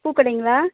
பூக்கடைங்களா